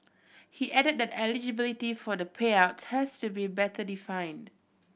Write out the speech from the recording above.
he added that eligibility for the payouts has to be better defined